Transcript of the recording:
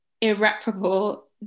irreparable